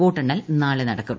വോട്ടെണ്ണൽ നാളെ നടക്കും